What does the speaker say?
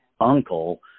uncle